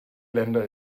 länder